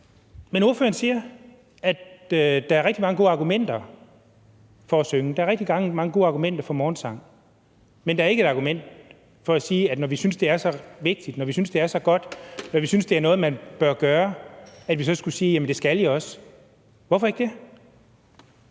jeg. Ordføreren siger, at der er rigtig mange gode argumenter for at synge, at der er rigtig mange gode argumenter for morgensang. Men der var ikke et argument imod, at vi – når vi synes, det er så vigtigt, når vi synes, det er så godt, når vi synes, det er noget, man bør gøre – så ikke også skulle sige, at det skal man også. Hvorfor ikke det?